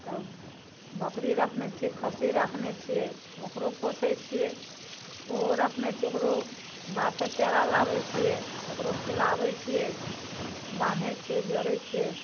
तब बकरी राखने छियै खस्सी राखने छियै ओकरो पोसै छियै ओहो राखने छियै ओकरो बाध से चारा लाबै छियै ओकरो खिलाबै छियै बान्है छियै जरै छियै